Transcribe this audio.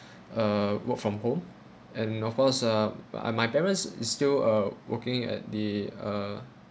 uh work from home and of course uh but I my parents is still uh working at the uh